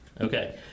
Okay